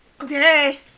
Okay